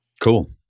Cool